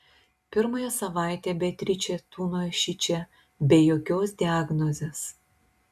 pirmąją savaitę beatričė tūnojo šičia be jokios diagnozės